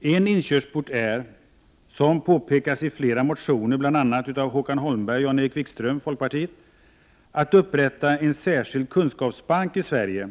En inkörsport är — som påpekas i flera motioner bl.a. av Håkan Holmberg och Jan-Erik Wikström, folkpartiet — att upprätta en särskild kunskapsbank i Sverige